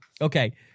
okay